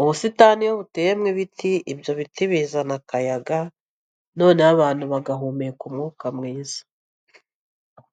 Ubusitani iyo buteyemo ibiti, ibyo biti bizana akayaga noneho abantu bagahumeka umwuka mwiza.